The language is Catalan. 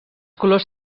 colors